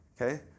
Okay